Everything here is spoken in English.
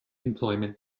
employment